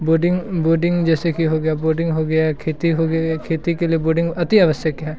boarding बोर्डिंग जैसे कि हो गया बोर्डिंग हो गया है खेती हो गई या खेती के लिए बोर्डिंग अतिआवश्यक है